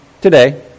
today